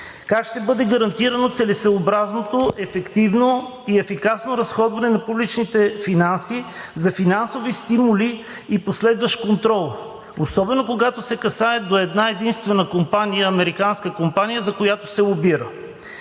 Как ще бъде гарантирано целесъобразното ефективно и ефикасно разходване на публичните финанси за финансови стимули и последващ контрол, особено когато се касае до една единствена американска компания, за която се лобира?